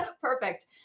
Perfect